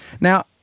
Now